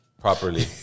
properly